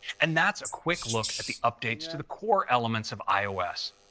and that's a quick look at the updates to the core elements of ios.